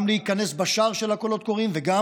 גם להיכנס בשער של הקולות קוראים וגם